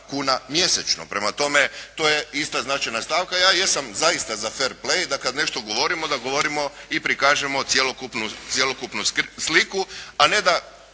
kuna mjesečno. Prema tome to je isto značajna stavka. Ja jesam zaista za fer play i da kada nešto govorimo da govorimo i prikažemo cjelokupnu sliku, a ne da